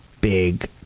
big